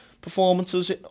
performances